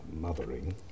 mothering